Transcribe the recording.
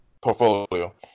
portfolio